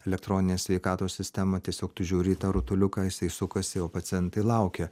elektroninės sveikatos sistema tiesiog tu žiūri į tą rutuliuką jisai sukasi o pacientai laukia